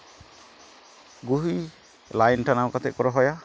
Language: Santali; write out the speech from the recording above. ᱜᱩᱦᱤ ᱞᱟ ᱭᱤᱱ ᱴᱟᱱᱟᱣ ᱠᱟᱛᱮ ᱠᱚ ᱨᱚᱦᱚᱭᱟ